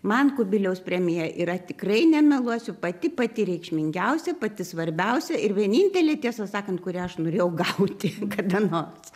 man kubiliaus premija yra tikrai nemeluosiu pati pati reikšmingiausia pati svarbiausia ir vienintelė tiesą sakant kurią aš norėjau gauti kada nors